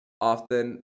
often